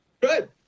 Good